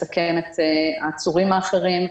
מסכן את העצורים האחרים,